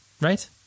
right